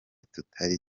tutari